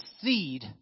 seed